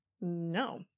No